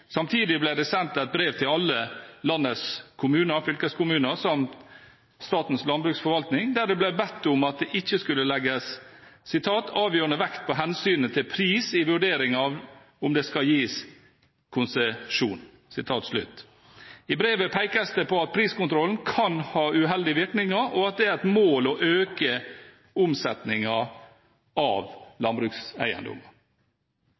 Samtidig ble det sendt et brev til alle landets kommuner, fylkeskommuner samt Statens landbruksforvaltning, der det ble bedt om at hensynet til pris ikke skulle tillegges «avgjørende vekt i vurderingen av om det skal gis konsesjon». I brevet pekes det på at priskontrollen kan ha uheldige virkninger, og at det er et mål å øke omsetningen av